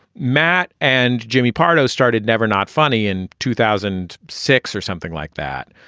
matt and jimmy pardo started never not funny in two thousand six or something like that.